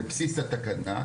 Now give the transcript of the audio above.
בסיס התקנה.